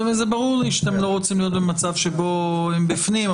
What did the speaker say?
זה ברור לי שאתם לא רוצים להיות במצב שבו הם בפנים,